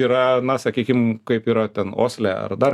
yra na sakykim kaip yra ten osle ar dar